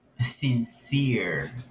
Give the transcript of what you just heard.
sincere